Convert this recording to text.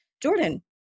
Jordan